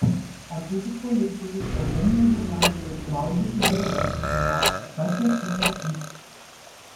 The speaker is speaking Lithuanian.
atvykus policijai eugenija zita prie sulaužytų durų garsiai dejavo kas jas sutvarkys